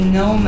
no